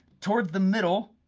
towards the middle,